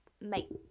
make